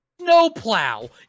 snowplow